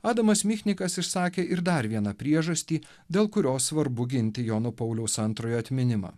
adamas michnikas išsakė ir dar vieną priežastį dėl kurios svarbu ginti jono pauliaus antrojo atminimą